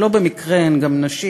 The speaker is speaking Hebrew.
שלא במקרה הן גם נשים,